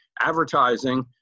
Advertising